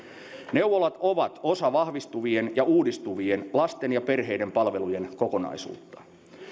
neuvolat ovat osa vahvistuvien ja uudistuvien lasten ja perheiden palvelujen kokonaisuutta